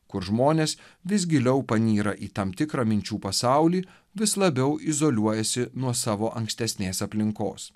kur žmonės vis giliau panyra į tam tikrą minčių pasaulį vis labiau izoliuojasi nuo savo ankstesnės aplinkos